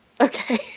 Okay